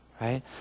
right